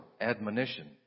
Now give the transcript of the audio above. admonition